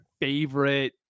favorite